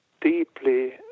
deeply